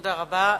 תודה רבה.